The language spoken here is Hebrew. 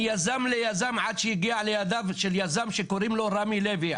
מיזם ליזם עד שהגיע לידיו של יזם שקוראים לו רמי לוי.